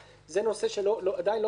זה נושא שעדיין לא הוסדר,